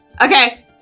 Okay